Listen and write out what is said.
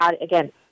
again